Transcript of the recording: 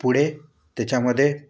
पुढे त्याच्यामध्ये